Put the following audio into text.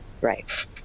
right